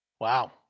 Wow